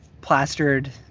plastered